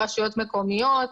רשויות מקומיות,